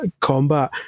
combat